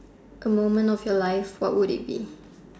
A moment of your life what would it be